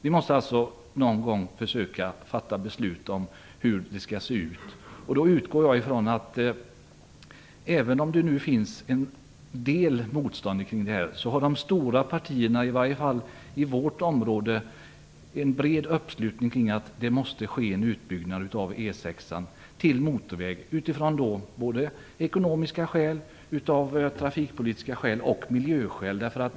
Vi måste alltså någon gång försöka fatta beslut om hur det skall se ut. Även om det nu finns en del motstånd mot det här har de stora partierna, i varje fall i vårt område, en bred uppslutning kring att det måste ske en utbyggnad av E 6 till motorväg utifrån ekonomiska skäl, trafikpolitiska skäl och miljöskäl.